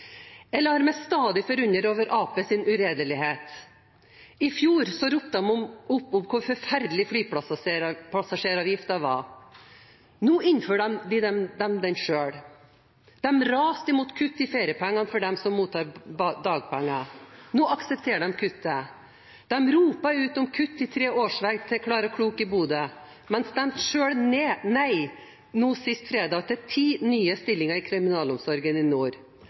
jeg selvsagt veldig godt fornøyd med. Jeg lar meg stadig forundre over Arbeiderpartiets uredelighet. I fjor ropte de opp om hvor forferdelig flypassasjeravgiften var – nå innfører de den selv. De raste mot kutt i feriepenger for dem som mottar dagpenger – nå aksepterer de kuttet. De roper ut om kutt i tre årsverk i Klara Klok i Bodø, men stemte selv nei nå sist fredag til ti nye stillinger til kriminalomsorgen i nord.